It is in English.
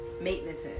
maintenance